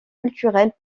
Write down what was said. culturelles